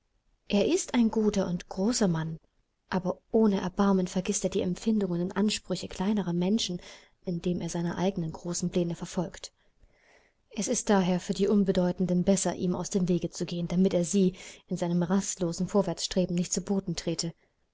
er ist ein guter und ein großer mann aber ohne erbarmen vergißt er die empfindungen und ansprüche kleinerer menschen indem er seine eigenen großen pläne verfolgt es ist daher für die unbedeutenden besser ihm aus dem wege zu gehen damit er sie in seinem rastlosen vorwärtsstreben nicht zu boden trete